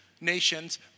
nations